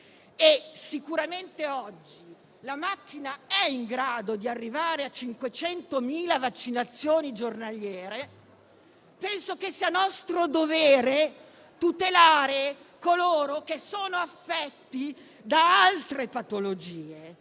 è sicuramente in grado di arrivare a 500.000 vaccinazioni giornaliere, penso che sia nostro dovere tutelare coloro che sono affetti da altre patologie,